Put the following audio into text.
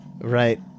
Right